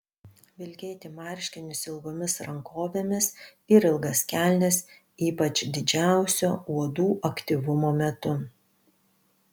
vilkėti marškinius ilgomis rankovėmis ir ilgas kelnes ypač didžiausio uodų aktyvumo metu